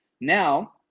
now